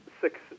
six